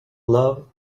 love